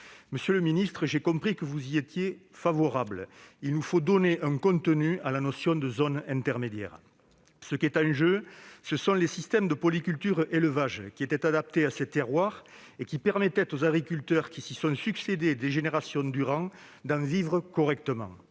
Monsieur le ministre, j'ai compris que vous y étiez favorable : il nous faut donner un contenu à la notion de « zones intermédiaires ». Ce qui est en jeu, ce sont les systèmes de polyculture-élevage, qui étaient adaptés à ces terroirs et permettaient aux agriculteurs qui s'y sont succédé des générations durant de vivre correctement.